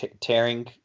tearing